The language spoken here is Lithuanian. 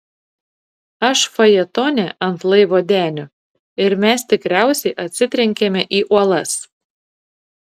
aš fajetone ant laivo denio ir mes tikriausiai atsitrenkėme į uolas